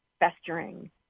festering